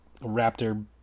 raptor